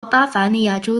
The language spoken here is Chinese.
巴伐利亚州